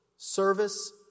Service